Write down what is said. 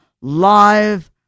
live